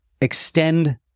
extend